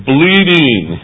Bleeding